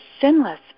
sinless